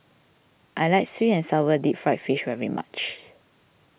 I like Sweet and Sour Deep Fried Fish very much